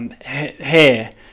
hair